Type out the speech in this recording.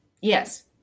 Yes